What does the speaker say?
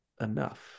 enough